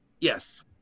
yes